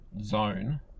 zone